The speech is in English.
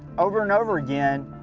over and over again,